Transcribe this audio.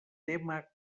tema